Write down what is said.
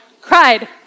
cried